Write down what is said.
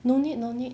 no need no need